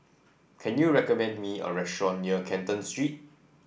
can you recommend me a restaurant near Canton Street